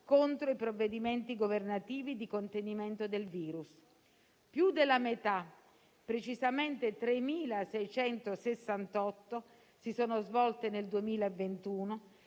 contro i provvedimenti governativi di contenimento del virus; più della metà (precisamente 3.668) si sono svolte nel 2021